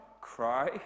cry